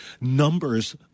numbers